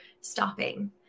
stopping